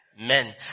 men